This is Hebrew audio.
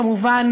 כמובן,